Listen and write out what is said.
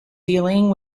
dealing